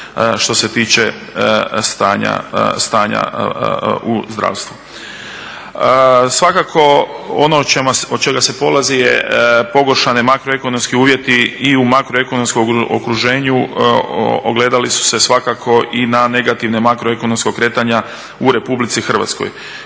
što se tiče stanja u zdravstvu. Svakako ono od čega se polazi je pogoršane makroekonomski uvjeti i u makroekonomskom okruženju ogledali su se svakako i na negativne makroekonomska kretanja u RH.